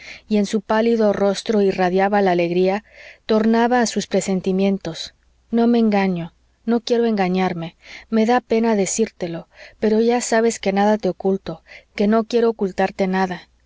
y en su pálido rostro irradiaba la alegría tornaba a sus presentimientos no me engaño no quiero engañarme me da pena decírtelo pero ya sabes que nada te oculto que no quiero ocultarte nada